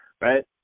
right